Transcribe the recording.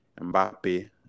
Mbappe